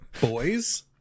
Boys